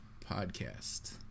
podcast